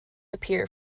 appear